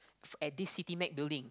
at this city med building